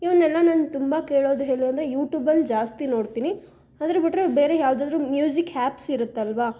ಇವನ್ನೆಲ್ಲ ನಾನು ತುಂಬ ಕೇಳೋದು ಎಲ್ಲಂದ್ರೆ ಯೂಟೂಬಲ್ಲಿ ಜಾಸ್ತಿ ನೋಡ್ತೀನಿ ಅದರ ಬಿಟ್ಟರೆ ಬೇರೆ ಯಾವ್ದಾದ್ರೂ ಮ್ಯೂಸಿಕ್ ಹ್ಯಾಪ್ಸ್ ಇರುತ್ತಲ್ಲವಾ